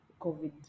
COVID